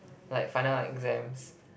like final exams